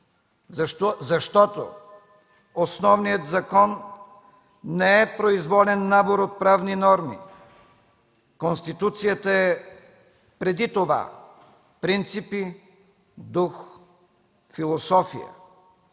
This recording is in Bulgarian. Защото основният закон не е произволен набор от правни норми, Конституцията е преди това – принципи, дух, философия.